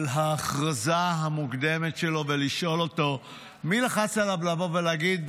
על ההכרזה המוקדמת שלו ולשאול אותו מי לחץ עליו לבוא ולהגיד: